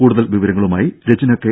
കൂടുതൽ വിവരങ്ങളുമായി റജ്ന കെ